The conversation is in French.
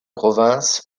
province